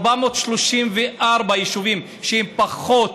434 יישובים עם פחות